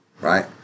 right